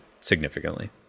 significantly